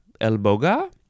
Elboga